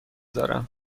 دارم